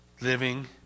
living